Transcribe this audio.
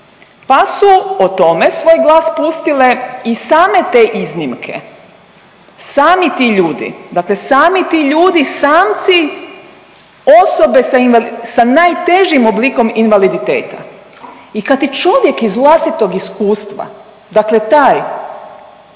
pa su o tome svoj glas pustile i same te iznimke, sami ti ljudi. Dakle, sami ti ljudi samci osobe sa najtežim oblikom invaliditeta. I kad ti čovjek iz vlastitog iskustva, dakle taj